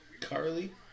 Carly